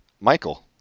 Michael